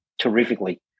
terrifically